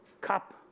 cup